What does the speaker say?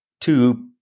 two